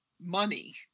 money